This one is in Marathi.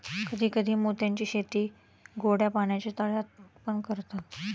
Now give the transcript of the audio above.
कधी कधी मोत्यांची शेती गोड्या पाण्याच्या तळ्यात पण करतात